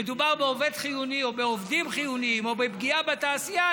שמדובר בעובד חיוני או בעובדים חיוניים או בפגיעה בתעשייה,